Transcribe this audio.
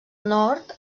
nord